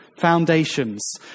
foundations